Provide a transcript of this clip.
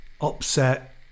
upset